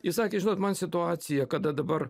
is sakė žinot man situacija kada dabar